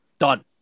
Done